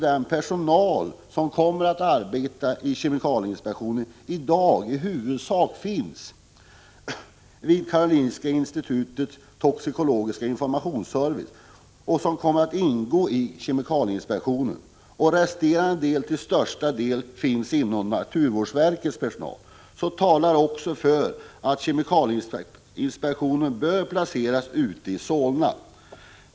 Den personal som kommer att arbeta i kemikalieinspektionen finns också i dag huvudsakligen vid Karolinska institutets toxikologiska informationsservice, och resterande del finns huvudsakligen inom naturvårdsverket. Detta talar också för att kemikalieinspektionen bör placeras i Solna.